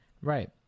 Right